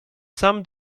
sam